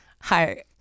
hi